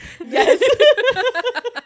Yes